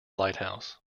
lighthouse